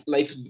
Life